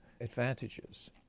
advantages